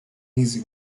easy